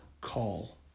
call